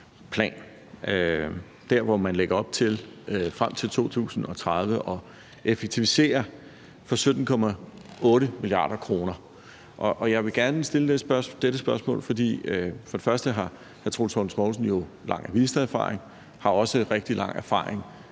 hvor man lægger op til frem til 2030 at effektivisere for 17,8 mia. kr. Og jeg vil gerne stille dette spørgsmål, fordi for det første har hr. Troels Lund Poulsen jo lang ministererfaring, og for det andet har